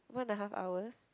one and a half hours